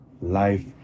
Life